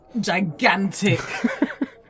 gigantic